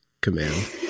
command